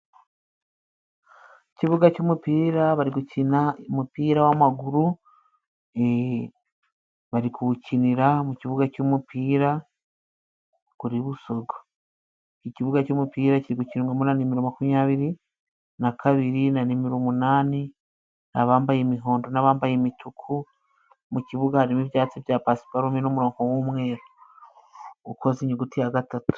Ikibuga cy'umupira bari gukina umupira w'amaguru, bari kuwukinira mu kibuga cy'umupira kuri Busogo. Ikibuga cy'umupira kiri gukinirwamo na nimero makumyabiri n'ebyiri, na nimero umunani. Abambaye imihondo n'abambaye imituku, mu kibuga harimo ibyatsi bya pasiparume n'umuronko w'umweru ukoze inyuguti ya gatatu.